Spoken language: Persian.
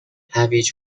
هویج